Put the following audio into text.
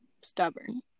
stubborn